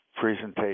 presentation